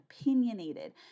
opinionated